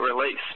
release